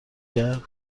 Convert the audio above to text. کرد